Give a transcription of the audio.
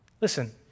Listen